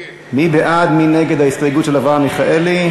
מי בעד ומי נגד ההסתייגות של אברהם מיכאלי?